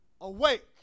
awake